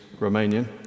Romanian